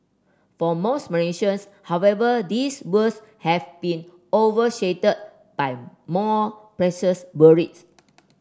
for most Malaysians however these woes have been overshadowed by more worries